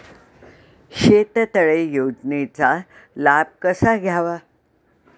शेततळे योजनेचा लाभ कसा घ्यावा?